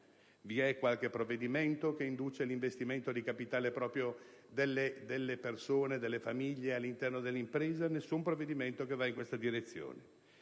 Vi è qualche provvedimento che induca all'investimento di capitale proprio delle persone e delle famiglie all'interno dell'impresa? Nessun provvedimento va in questa direzione.